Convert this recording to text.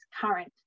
current